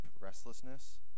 restlessness